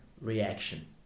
reaction